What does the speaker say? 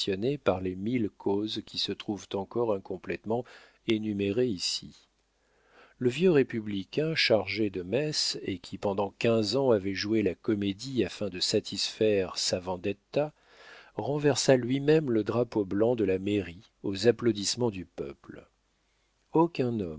par les mille causes qui se trouvent encore incomplétement énumérées ici le vieux républicain chargé de messes et qui pendant quinze ans avait joué la comédie afin de satisfaire sa vendetta renversa lui-même le drapeau blanc de la mairie aux applaudissements du peuple aucun